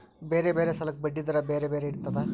ಬೇರೆ ಬೇರೆ ಸಾಲಕ್ಕ ಬಡ್ಡಿ ದರಾ ಬೇರೆ ಬೇರೆ ಇರ್ತದಾ?